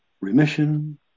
Remission